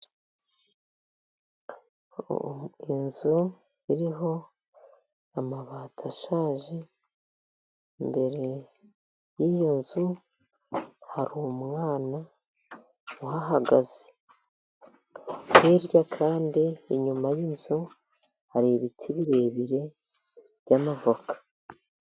Inzu iriho amabati ashaje, imbere yiyo nzu hari umwana uhagaze. Hirya kandi inyuma y'inzu hari ibiti birebire by'avoka.